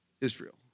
Israel